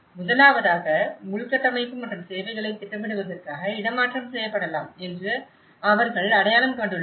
முதலாவதாக உள்கட்டமைப்பு மற்றும் சேவைகளைத் திட்டமிடுவதற்காக இடமாற்றம் செய்யப்படலாம் என்று அவர்கள் அடையாளம் கண்டுள்ளனர்